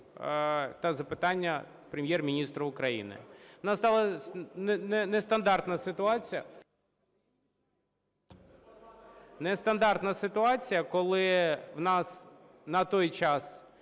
та запитання Прем'єр-міністру України. У нас сталася нестандартна ситуація, коли в нас на той час